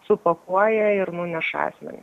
supakuoja ir nuneša asmeniui